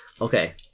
Okay